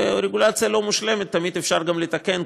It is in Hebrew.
ורגולציה לא מושלמת תמיד אפשר גם לתקן,